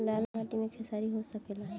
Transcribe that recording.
लाल माटी मे खेसारी हो सकेला?